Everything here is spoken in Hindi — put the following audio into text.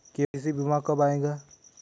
के.सी.सी बीमा कब आएगा?